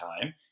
time